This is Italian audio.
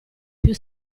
più